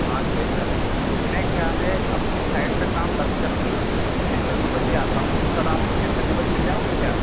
आठ बजे तक मैं क्या है अपनी साइट पर काम बंद कर के दिन में दो बजे आता हूँ तो सर आप दिन में दो बजे मिल जाओगे क्या